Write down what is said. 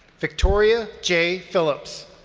victoria j. philips.